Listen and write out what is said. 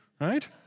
Right